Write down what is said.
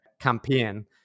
campaign